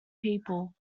people